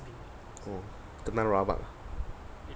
oh kena rabak ah